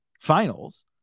Finals